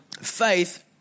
faith